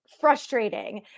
frustrating